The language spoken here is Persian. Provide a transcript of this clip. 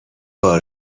بار